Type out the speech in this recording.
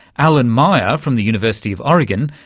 alan meyer from the university of oregon,